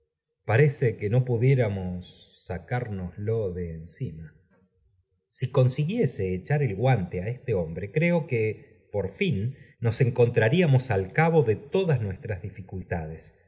parece que no pudiéramos sacárnoslo de encima si consiguiese echar el guante á este hombre creo que por fin nos encontraríamos al cabo de todas nuestras dificultades